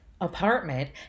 apartment